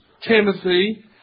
Timothy